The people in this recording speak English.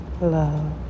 love